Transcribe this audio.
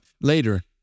later